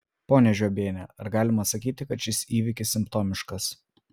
ponia žiobiene ar galima sakyti kad šis įvykis simptomiškas